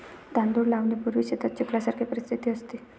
तांदूळ लावणीपूर्वी शेतात चिखलासारखी परिस्थिती असते